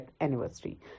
anniversary